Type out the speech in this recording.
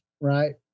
right